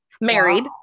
married